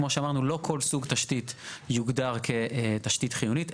כמו שאמרנו, לא כל סוג תשתית יוגדר כתשתית חיונית.